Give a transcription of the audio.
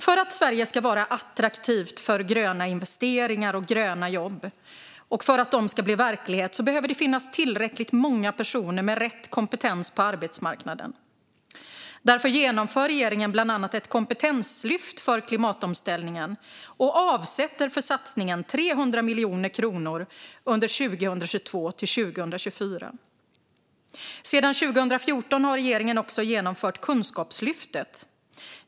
För att Sverige ska vara attraktivt för gröna investeringar och för att gröna jobb ska bli verklighet behöver det finnas tillräckligt många personer med rätt kompetens på arbetsmarknaden. Därför genomför regeringen bland annat ett kompetenslyft för klimatomställningen och avsätter för satsningen 300 miljoner kronor under 2022-2024. Sedan 2014 har regeringen också genomfört Kunskapslyftet.